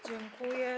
Dziękuję.